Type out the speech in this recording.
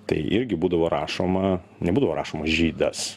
tai irgi būdavo rašoma nebūdavo rašoma žydas